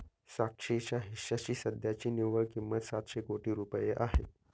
साक्षीच्या हिश्श्याची सध्याची निव्वळ किंमत सातशे कोटी रुपये आहे